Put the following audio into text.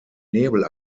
nebel